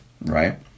right